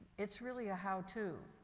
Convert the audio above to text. it's really a how to.